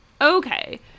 Okay